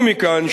ומכאן,